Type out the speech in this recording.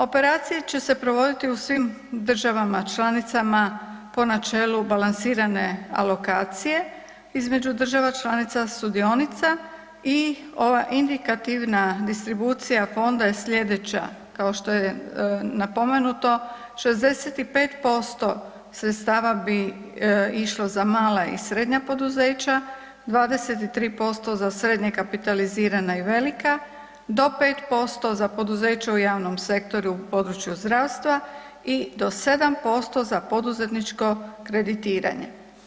Operacije će se provoditi u svim državama članicama po načelu balansirane alokacije između država članica sudionica i ova indikativna distribucija fonda je slijedeća, kao što je napomenuto 65% sredstava bi išlo za mala i srednja poduzeća, 23% za srednje kapitalizirana i velika, do 5% za poduzeća u javnom sektoru u području zdravstva i do 7% za poduzetničko kreditiranje.